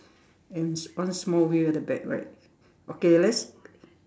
and one small wheel at the back right okay let's